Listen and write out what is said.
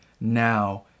now